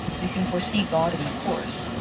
we can foresee god in the coarse,